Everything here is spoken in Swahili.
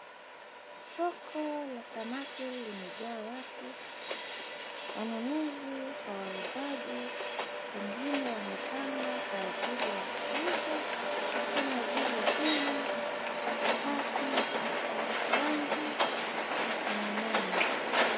Soko la samaki limejaa watu wanunuzi kwa wauzaji, wengine wamepangwa kwa ajili ya kuuzwa kama vile una, tafi, changu na omena.